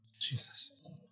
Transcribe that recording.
Jesus